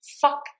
fuck